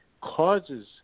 causes